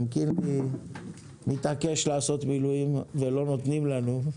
גם הוא מתעקש לעשות מילואים ולא נותנים לנו.